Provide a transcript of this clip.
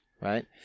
right